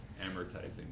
amortizing